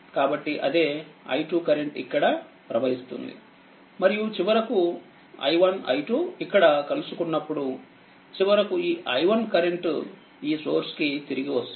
కాబట్టిఅదే i2 current ఇక్కడ ప్రవహిస్తుంది మరియుచివరకుi1i2ఇక్కడ కలుసుకున్నప్పుడు చివరకుఈi1కరెంట్ ఈ సోర్స్ కి తిరిగి వస్తుంది